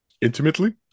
Intimately